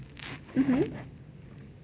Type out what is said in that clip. hmm hmm